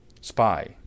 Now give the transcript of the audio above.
spy